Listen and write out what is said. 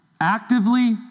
Actively